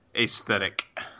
Aesthetic